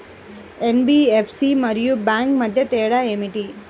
NBFC మరియు bank మధ్య తేడా ఏమిటి?